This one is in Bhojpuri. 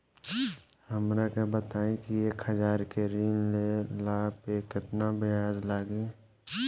हमरा के बताई कि एक हज़ार के ऋण ले ला पे केतना ब्याज लागी?